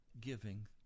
giving